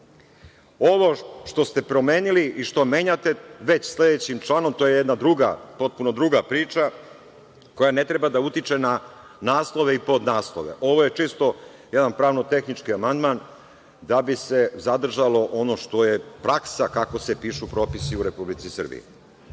Ovo što ste promenili i što menjate već sledećim članom, to je potpuno druga priča koja ne treba da utiče na naslov i podnaslove. Ovo je čisto jedan pravno-tehnički amandman, da bi se zadržalo ono što je praksa kako se pišu propisi u Republici Srbiji.